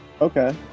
Okay